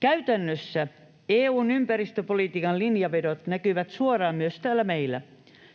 Käytännössä EU:n ympäristöpolitiikan linjanvedot näkyvät suoraan myös täällä meillä.